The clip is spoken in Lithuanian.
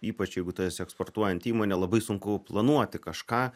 ypač jeigu tu esi eksportuojanti įmonė labai sunku planuoti kažką